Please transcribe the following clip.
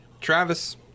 Travis